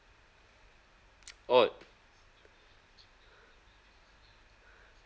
oh